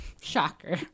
Shocker